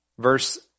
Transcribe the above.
verse